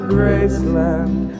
Graceland